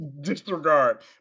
Disregard